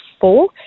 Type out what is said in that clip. four